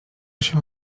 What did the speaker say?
się